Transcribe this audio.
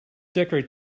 decorate